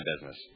business